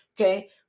okay